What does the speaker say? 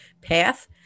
path